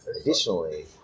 additionally